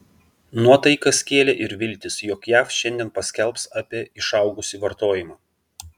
nuotaikas kėlė ir viltys jog jav šiandien paskelbs apie išaugusį vartojimą